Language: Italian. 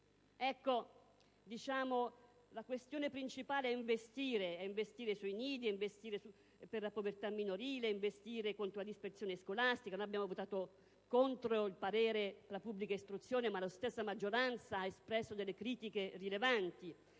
Sud. La questione principale è investire per i nidi, per la povertà minorile, contro la dispersione scolastica. Abbiamo votato contro il parere del Consiglio nazionale della pubblica istruzione, ma la stessa maggioranza ha espresso critiche rilevanti